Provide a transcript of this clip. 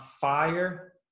fire